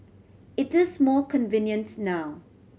it is more convenient now